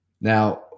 Now